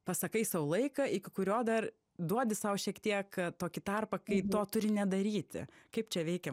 pasakai sau laiką iki kurio dar duodi sau šiek tiek tokį tarpą kai to turi nedaryti kaip čia veikia